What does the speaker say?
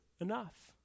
enough